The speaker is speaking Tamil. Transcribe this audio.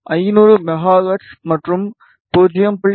500 மெகா ஹெர்ட்ஸ் மற்றும் 0